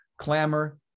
clamor